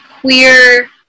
queer